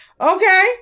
Okay